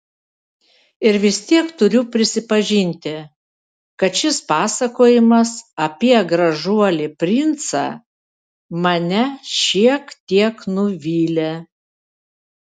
ir vis tiek turiu prisipažinti kad šis pasakojimas apie gražuolį princą mane šiek tiek nuvylė